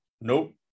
nope